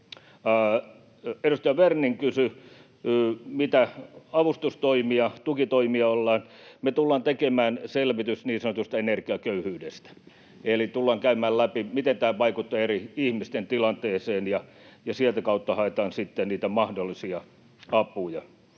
Edustaja Werning kysyi, mitä avustustoimia, tukitoimia. Me tullaan tekemään selvitys niin sanotusta energiaköyhyydestä eli tullaan käymään läpi, miten tämä vaikuttaa eri ihmisten tilanteeseen, ja sitä kautta haetaan sitten niitä mahdollisia apuja.